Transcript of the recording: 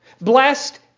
blessed